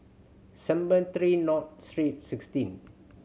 Cemetry North Street Sixteen